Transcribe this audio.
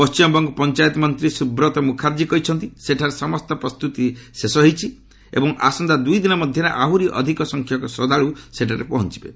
ପଣ୍ଟିମବଙ୍ଗ ପଞ୍ଚାୟତ ମନ୍ତ୍ରୀ ସୁବ୍ରତ ମୁଖାର୍ଜୀ କହିଛନ୍ତି ଯେ ସେଠାରେ ସମସ୍ତ ପ୍ରସ୍ତୁତି ଶେଷ ହୋଇଛି ଏବଂ ଆସନ୍ତା ଦୁଇଦିନ ମଧ୍ୟରେ ଆହୁରି ଅଧିକ ସଂଖ୍ୟକ ଶ୍ରଦ୍ଧାଳୁ ସେଠାରେ ପହଞ୍ଚିବେ